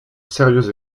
sérieux